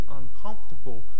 uncomfortable